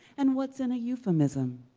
and what's in a euphemism?